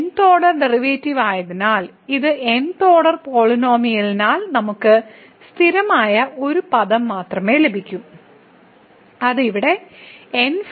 n th order ഡെറിവേറ്റീവായതിനാൽ ഇത് n th order പോളിനോമിയലായതിനാൽ നമുക്ക് സ്ഥിരമായ ഒരു പദം മാത്രമേ ലഭിക്കൂ അത് ഇവിടെ n